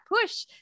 push